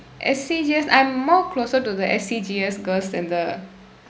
S_C_G_S I'm more closer to the S_C_G_S girls then the